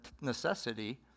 necessity